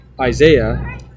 Isaiah